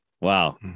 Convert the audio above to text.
Wow